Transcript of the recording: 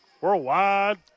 Worldwide